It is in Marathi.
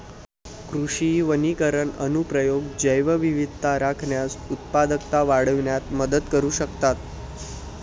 कृषी वनीकरण अनुप्रयोग जैवविविधता राखण्यास, उत्पादकता वाढविण्यात मदत करू शकतात